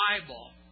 Bible